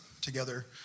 Together